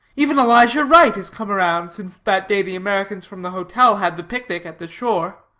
even elisha wright has come around since that day the americans from the hotel had the picnic at the shore.